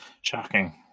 shocking